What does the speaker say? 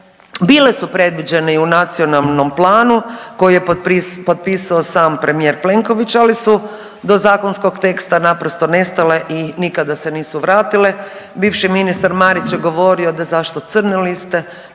Bile su predviđene i u Nacionalnom planu koji je potpisao sam premijer Plenković, ali su do zakonskog teksta naprosto nestale i nikada se nisu vratile. Bivši ministar Marić je govorio da zašto crne liste,